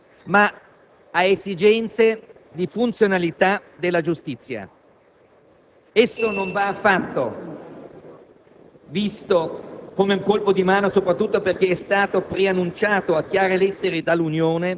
Per evitare un collasso del sistema giustizia che si sarebbe ripercosso, in definitiva, sui cittadini, il Gruppo Per le Autonomie aveva accolto con favore questo intervento del Governo che non intendeva abrogare la legge Castelli nel suo complesso,